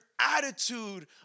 attitude